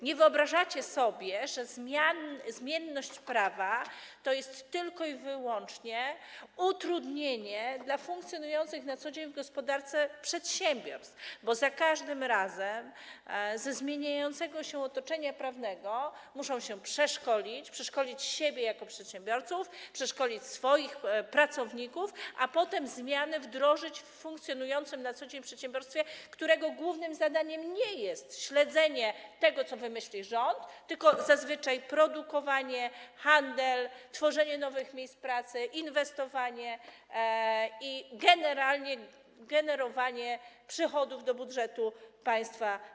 Nie wyobrażacie sobie, że zmienność prawa to tylko i wyłącznie utrudnienie dla funkcjonujących na co dzień w gospodarce przedsiębiorców, bo za każdym razem muszą się przeszkolić ze zmieniającego się otoczenia prawnego - muszą przeszkolić siebie jako przedsiębiorców i przeszkolić swoich pracowników - a potem zmiany wdrożyć w funkcjonującym na co dzień przedsiębiorstwie, którego głównym zadaniem nie jest śledzenie tego, co wymyśli rząd, tylko zazwyczaj produkowanie, handel, tworzenie nowych miejsc pracy, inwestowanie i zasadniczo generowanie pośrednio przychodów do budżetu państwa.